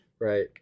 Right